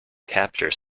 capture